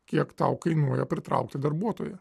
kiek tau kainuoja pritraukti darbuotoją